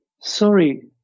sorry